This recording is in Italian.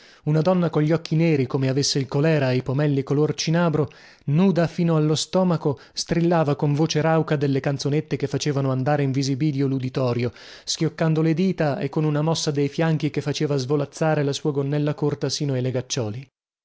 una donna cogli occhi neri come avesse il colèra e i pomelli color cinabro nuda fino allo stomaco strillava con voce rauca delle canzonette che facevano andare in visibilio luditorio schioccando le dita e con una mossa dei fianchi che faceva svolazzare la sua gonnella corta sino ai